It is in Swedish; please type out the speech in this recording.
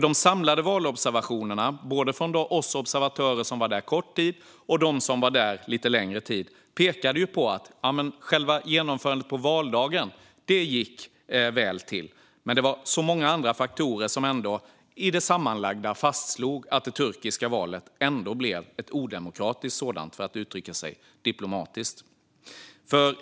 De samlade valobservationerna från både korttids och långtidsobservatörer pekade på att genomförandet på valdagen gick väl till. Men det var många andra faktorer som sammanlagt gjorde att man fastslog att det turkiska valet ändå blev ett odemokratiskt sådant, för att uttrycka sig diplomatiskt.